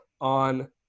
on